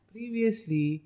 Previously